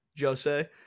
jose